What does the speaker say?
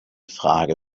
frage